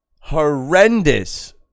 horrendous